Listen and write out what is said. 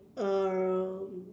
um